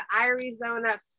Arizona